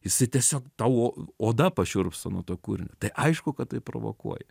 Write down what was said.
jisai tiesiog tau o oda pašiurpsta nuo to kūrinio tai aišku kad tai provokuoja